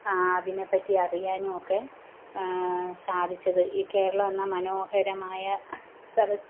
അതിനെപ്പറ്റി അറിയാനുമൊക്കെ സാധിച്ചത് ഈ കേരളം എന്ന മനോഹരമായ സ്ഥലം